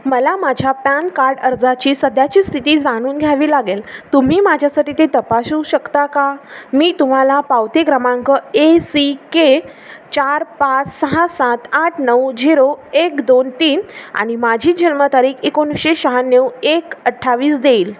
मला माझ्या PAN card अर्जाची सध्याची स्थिती जाणून घ्यावी लागेल तुम्ही माझ्यासाठी ते तपासू शकता का मी तुम्हाला पावती क्रमांक ए सी के चार पाच सहा सात आठ नऊ झिरो एक दोन तीन आणि माझी जन्मतारीख एकोणीसशे शहाण्ण्यव एक अठ्ठावीस देईल